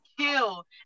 kill